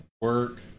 work